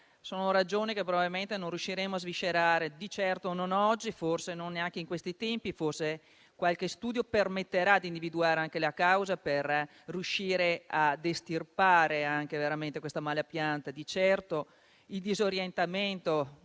in difficoltà probabilmente non le riusciremo a sviscerare, di certo non oggi, forse neanche in questi tempi; forse qualche studio permetterà di individuare la causa per riuscire ad estirpare questa mala pianta. Di certo il disorientamento